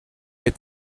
est